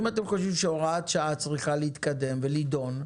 אם אתם חושבים שהוראת השעה צריכה להתקדם ולהידון,